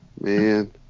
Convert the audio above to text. Man